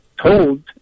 told